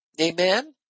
Amen